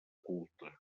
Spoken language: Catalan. culte